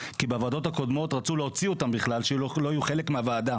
כי בוועדות הקודמות רצו בכלל להוציא אותם שלא יהיו חלק מהוועדה